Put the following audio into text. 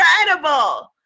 incredible